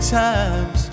times